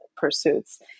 pursuits